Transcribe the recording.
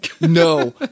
No